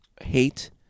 hate